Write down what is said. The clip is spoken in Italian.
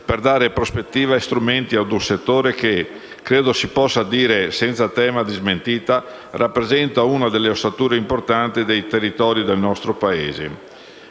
per dare prospettiva e strumenti ad un settore che - credo si possa dire senza tema di smentita - rappresenta una delle ossature importanti dei territori del nostro Paese.